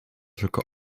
tylko